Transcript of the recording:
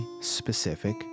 specific